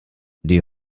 die